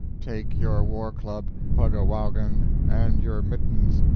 take your war-club, puggawaugun, and your mittens,